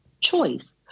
choice